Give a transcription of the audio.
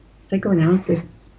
psychoanalysis